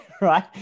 right